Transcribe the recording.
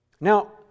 Now